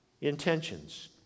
Intentions